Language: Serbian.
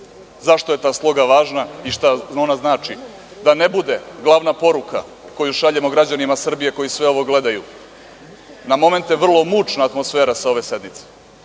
zašto je ta sloga važna i šta ona znači, da ne bude glavna poruka koju šaljemo građanima Srbije koji sve ovo gledaju, na momente vrlo mučna atmosfera sa ove sednice,